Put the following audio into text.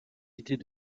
idées